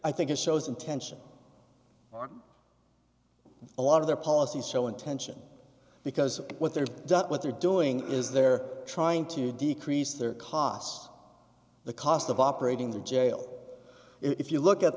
i think it shows intention a lot of their policies show intention because what they're done what they're doing is they're trying to decrease their costs the cost of operating the jail if you look at